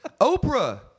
Oprah